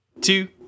two